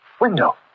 Window